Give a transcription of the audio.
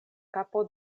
kapo